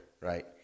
right